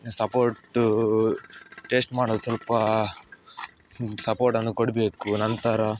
support taste ಮಾಡಲು ಸ್ವಲ್ಪ ಸಪೋರ್ಟನ್ನು ಕೊಡಬೇಕು ನಂತರ